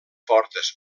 fortes